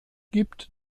gibt